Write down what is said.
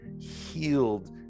healed